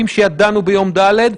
חולה אחד?